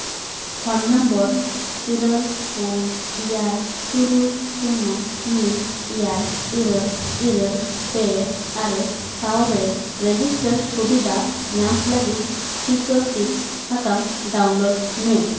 phone number ᱤᱨᱟᱹᱞ ᱯᱩᱱ ᱮᱭᱟᱭ ᱛᱩᱨᱩᱭ ᱥᱩᱱᱱᱚ ᱢᱤᱫ ᱮᱭᱟᱭ ᱤᱨᱟᱹᱞ ᱤᱨᱟᱹᱞ ᱯᱮ ᱟᱨᱮ ᱥᱟᱶᱨᱮ ᱨᱮᱡᱤᱥᱴᱟᱨ ᱥᱩᱵᱤᱫᱷᱟ ᱧᱟᱢ ᱞᱟᱹᱜᱤᱫ ᱴᱤᱠᱟᱹ ᱥᱤᱫ ᱥᱟᱠᱟᱢ ᱰᱟᱣᱩᱱᱞᱳᱰ ᱢᱮ